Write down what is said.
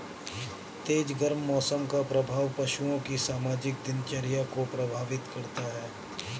तेज गर्म मौसम का प्रभाव पशुओं की सामान्य दिनचर्या को प्रभावित करता है